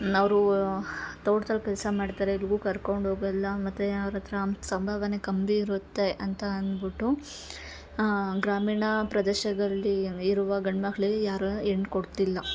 ನವ್ರೂ ತೋಟ್ದಲ್ಲಿ ಕೆಲಸ ಮಾಡ್ತಾರೆ ಎಲ್ಗು ಕರ್ಕೊಂಡು ಹೋಗಲ್ಲ ತ್ತು ಅವ್ರ ಹತ್ರ ಸಂಭಾವನೆ ಕಂಬಿ ಇರುತ್ತೆ ಅಂತ ಅನ್ಬುಟ್ಟು ಗ್ರಾಮೀಣ ಪ್ರದೇಶದಲ್ಲಿ ಇರುವ ಗಂಡ್ಮಕ್ಕಳಿಗೆ ಯಾರು ಹೆಣ್ಣು ಕೊಡ್ತಿಲ್ಲ